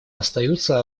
остаются